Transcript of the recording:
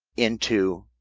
into